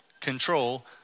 Control